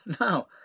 No